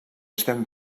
estem